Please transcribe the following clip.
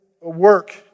work